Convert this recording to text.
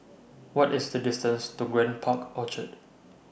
What IS The distance to Grand Park Orchard